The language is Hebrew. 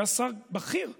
שהיה שר בכיר בממשלה,